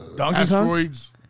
Asteroids